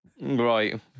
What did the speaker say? right